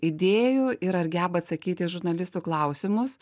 idėjų ir ar geba atsakyti į žurnalistų klausimus